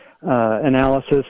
analysis